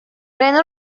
رنو